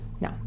No